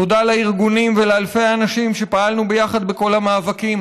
תודה לארגונים ולאלפי האנשים על שפעלנו יחד בכל המאבקים.